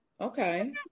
Okay